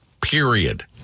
Period